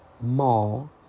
mall